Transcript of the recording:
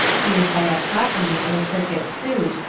steered by a cockney in a cricket suit,